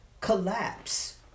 collapse